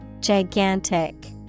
Gigantic